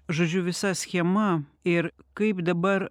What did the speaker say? žodžiu visa schema ir kaip dabar